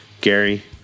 Gary